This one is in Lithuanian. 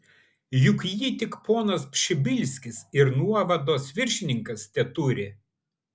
juk jį tik ponas pšibilskis ir nuovados viršininkas teturi